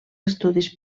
estudis